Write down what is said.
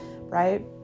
right